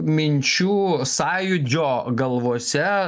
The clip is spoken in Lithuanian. minčių sąjūdžio galvose